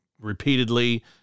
repeatedly